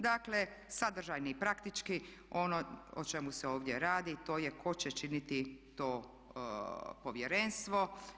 Dakle sadržajno i praktički ono o čemu se ovdje radi to je tko će činiti to povjerenstvo.